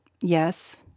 Yes